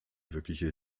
wirkliche